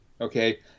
okay